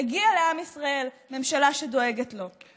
מגיע לעם ישראל ממשלה שדואגת לו.